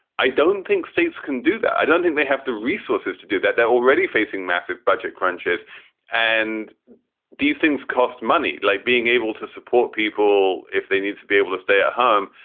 i don't think states can do that. i don't think they have the resources to do that. they're already facing massive budget crunches and these things cost money. like being able to support people if they need to be able to stay at home.